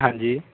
ਹਾਂਜੀ